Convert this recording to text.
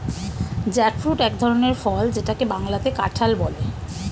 jackfruit এক ধরনের ফল যেটাকে বাংলাতে কাঁঠাল বলে